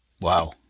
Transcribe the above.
Wow